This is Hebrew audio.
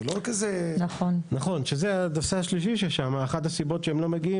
זה לא כזה --- אחת הסיבות שהם לא מגיעים